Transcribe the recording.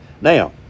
Now